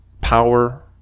power